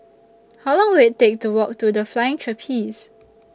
How Long Will IT Take to Walk to The Flying Trapeze